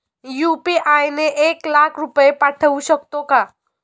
UPI ने एक लाख रुपये पाठवू शकतो का?